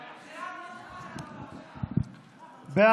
בטרור (תיקוני חקיקה), התשפ"א 2021, לא נתקבלה.